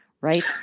right